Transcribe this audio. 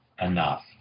enough